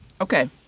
Okay